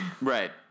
Right